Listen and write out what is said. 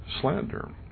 slander